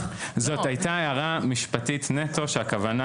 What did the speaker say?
זאת הייתה הערה משפטית נטו כאשר הכוונה